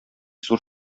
зур